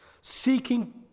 seeking